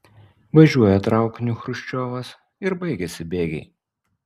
važiuoja traukiniu chruščiovas ir baigiasi bėgiai